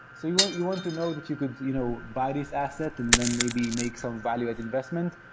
so you ah you want to know that you could you know buy this asset and then maybe make some value add investment.